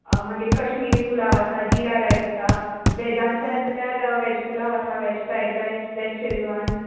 मागीर कश्मिरी पुलाव आसा जिरा रायस आसा वॅजान जाय जाल्यार वॅज पुलाव आसा veg fried rice veg Schezwan